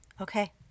Okay